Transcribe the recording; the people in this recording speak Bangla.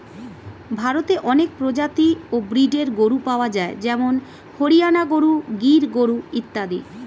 ভারতে অনেক প্রজাতি ও ব্রীডের গরু পাওয়া যায় যেমন হরিয়ানা গরু, গির গরু ইত্যাদি